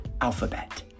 alphabet